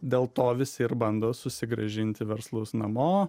dėl to visi ir bando susigrąžinti verslus namo